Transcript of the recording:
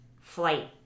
Flight